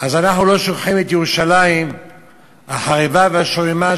אז אנחנו לא שוכחים את ירושלים החרבה והשוממה,